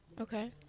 Okay